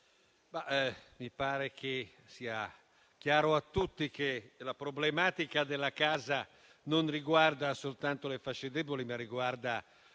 mi pare sia chiaro a tutti che la problematica della casa non riguardi soltanto le fasce deboli, ma tutte